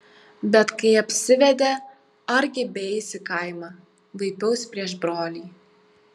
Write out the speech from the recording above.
bet kai apsivedė argi beeis į kaimą vaipiaus prieš brolį